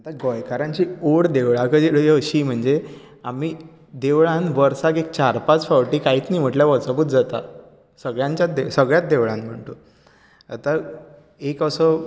आता गोंयकारांची ओड देवळां कडेन अशी म्हणजे आमीं देवळांत वर्साक एक चार पांच फावटी कांयट न्ही म्हटल्यार वचपूच जाता सगल्यांच्यात सगळ्यांच देवळांनी म्हण तूं आतां एक असो